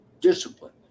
discipline